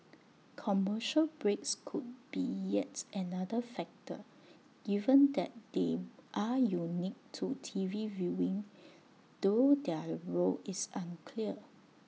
commercial breaks could be yet another factor given that they are unique to T V viewing though their role is unclear